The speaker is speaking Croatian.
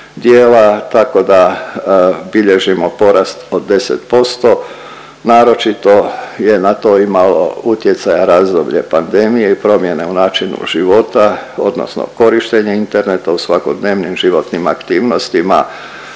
tako da bilježimo porast od 10%, naročito je na to imalo utjecaja razdoblje pandemije i promjene u načinu života, odnosno korištenja interneta u svakodnevnim životnim aktivnostima